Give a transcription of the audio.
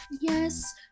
Yes